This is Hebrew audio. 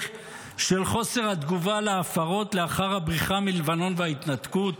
של חוסר התגובה להפרות לאחר הבריחה מלבנון וההתנתקות?